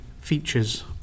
features